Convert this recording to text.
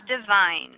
divine